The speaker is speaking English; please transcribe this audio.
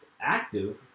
active